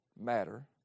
matter